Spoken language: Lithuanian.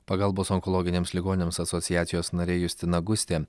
pagalbos onkologiniams ligoniams asociacijos narė justina gustė